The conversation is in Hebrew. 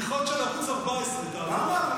בדיחות של ערוץ 14. למה?